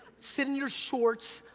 sit in your shorts,